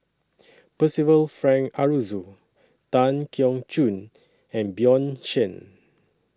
Percival Frank Aroozoo Tan Keong Choon and Bjorn Shen